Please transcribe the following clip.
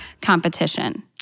competition